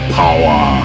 power